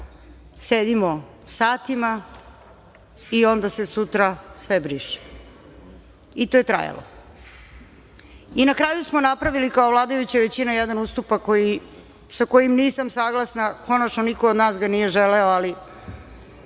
Sedimo satima i onda se sutra sve briše. I to je trajalo. Na kraju smo napravili kao vladajuća većina jedan ustupak sa kojim nisam saglasna, konačno niko od nas ga nije želeo, ali